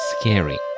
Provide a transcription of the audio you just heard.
scary